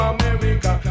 America